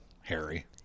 Harry